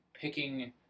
picking